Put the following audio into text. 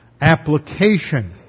application